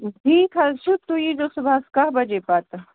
ٹھیٖک حظ چھُ تُہۍ ییٖزیٚو صُبَحس کاہ بَجے پَتہٕ